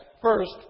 First